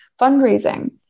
fundraising